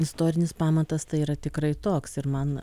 istorinis pamatas tai yra tikrai toks ir man